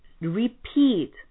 repeat